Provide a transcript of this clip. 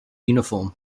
uniform